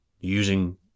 using